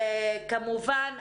כמובן,